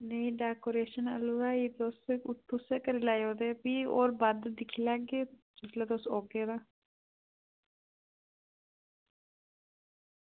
नेईं डेकोरेशन दा पैह्लें इत्थें चक्कर लायो ते भी बद्ध दिक्खी लैगे जिसलै तुस औगे तां